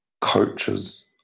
coaches